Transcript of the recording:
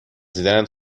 دیدنت